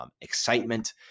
excitement